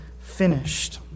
finished